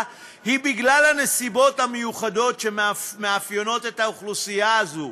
היא הנסיבות המיוחדות שמאפיינות את האוכלוסייה הזאת,